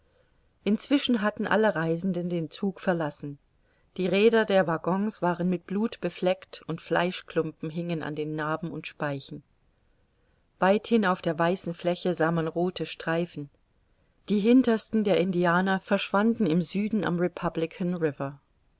inzwischen hatten alle reisenden den zug verlassen die räder der waggons waren mit blut befleckt und fleischklumpen hingen an den naben und speichen weithin auf der weißen fläche sah man rothe streifen die hintersten der indianer verschwanden im süden am